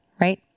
right